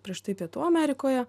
prieš tai pietų amerikoje